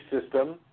system